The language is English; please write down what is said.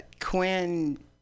Quinn